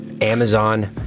Amazon